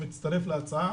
ואני מצטרף להצעה,